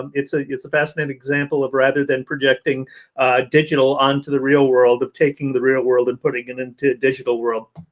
it's a it's a fascinating example of rather than projecting digital onto the real world of taking the real world and putting it into digital world.